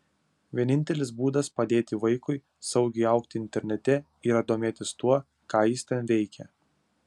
vienintelis būdas padėti vaikui saugiai augti internete yra domėtis tuo ką jis ten veikia